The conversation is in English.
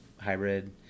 Hybrid